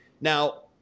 Now